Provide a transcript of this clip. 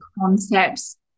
concepts